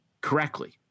correctly